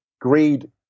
greed